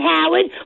Howard